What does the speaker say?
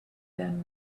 them